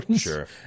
Sure